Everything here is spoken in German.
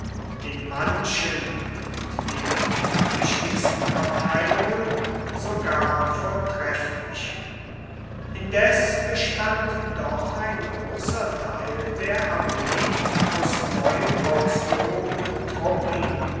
in manchen und eben den tüchtigsten abteilungen sogar vortrefflich indes bestand doch ein großer teil der armee aus neu ausgehobenen truppen